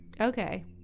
Okay